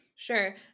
Sure